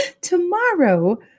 Tomorrow